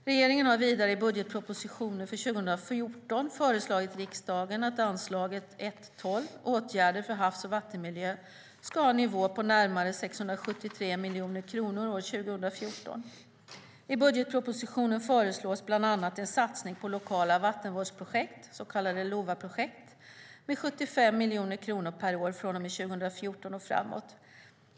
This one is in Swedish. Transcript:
Regeringen har vidare i budgetpropositionen för 2014 föreslagit riksdagen att anslaget 1.12, Åtgärder för havs och vattenmiljö, ska ha en nivå på närmare 673 miljoner kronor år 2014. I budgetpropositionen föreslås bland annat en satsning på lokala vattenvårdsprojekt, så kallade LOVA-projekt, med 75 miljoner kronor per år från och med 2014 och framåt.